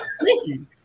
Listen